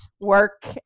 work